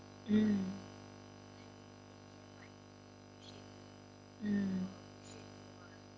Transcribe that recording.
mm mm